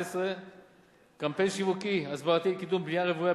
13. קמפיין שיווקי הסברתי לקידום בנייה רוויה,